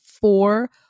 four